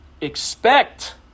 expect